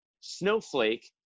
Snowflake